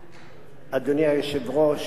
אדוני היושב-ראש,